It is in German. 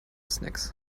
snacks